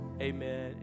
amen